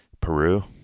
Peru